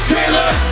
Taylor